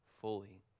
fully